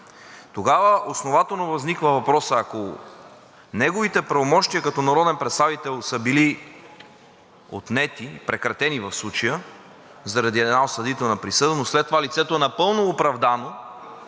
Тогава основателно възниква въпросът: ако неговите правомощия като народен представител са били отнети – прекратени в случая, заради една осъдителна присъда, но след това лицето е напълно оправдано